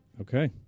Okay